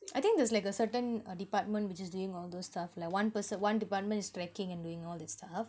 I think there's like a certain uh department which is doing all those stuff like one perso~ one department is tracking and doing all this stuff